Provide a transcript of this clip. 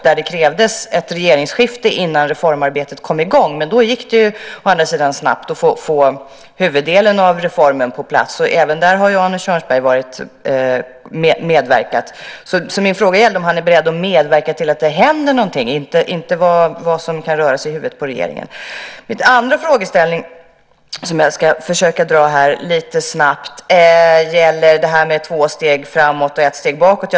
Där krävdes det ett regeringsskifte innan reformarbetet kom i gång. Men då gick det å andra sidan snabbt att få huvuddelen av reformen på plats, och även där har Arne Kjörnsberg medverkat. Min fråga gällde om han är beredd att medverka till att det händer någonting, inte vad som kan röra sig i huvudet på regeringen. Min andra frågeställning som jag ska försöka dra lite snabbt gäller det här med två steg framåt och ett steg bakåt.